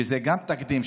וגם זה תקדים,